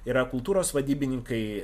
yra kultūros vadybininkai